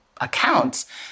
accounts